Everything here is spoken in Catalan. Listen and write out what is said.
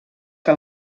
que